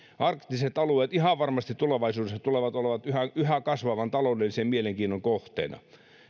arktiset alueet ihan varmasti tulevaisuudessa tulevat olemaan yhä kasvavan taloudellisen mielenkiinnon kohteena